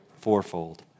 fourfold